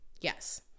Yes